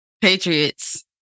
Patriots